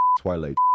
Twilight